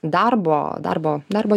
darbo darbo darbo